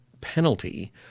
penalty